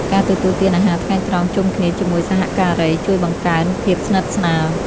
ការទទួលទានអាហារថ្ងៃត្រង់ជុំគ្នាជាមួយសហការី ជួយបង្កើនភាពស្និទ្ធស្នាល។